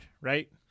right